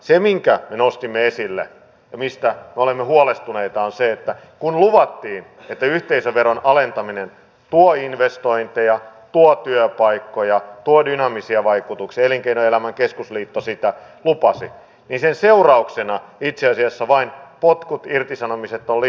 se minkä nostimme esille ja mistä me olemme huolestuneita on se että kun luvattiin että yhteisöveron alentaminen tuo investointeja tuo työpaikkoja tuo dynaamisia vaikutuksia elinkeinoelämän keskusliitto sitä lupasi niin sen seurauksena itse asiassa vain potkut irtisanomiset ovat lisääntyneet